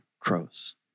crows